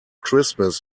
christmas